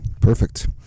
Perfect